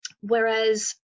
whereas